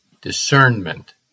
Discernment